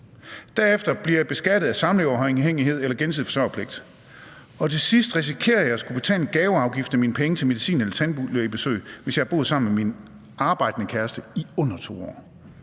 derefter bliver jeg beskattet som følge af samleverafhængighed eller gensidig forsørgerpligt. Til sidst risikerer jeg at skulle betale en gaveafgift af mine penge til medicin eller til tandlægebesøg, hvis jeg har boet sammen med min arbejdende kæreste i under 2 år.